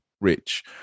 Rich